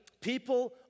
people